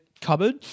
cupboard